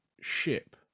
ship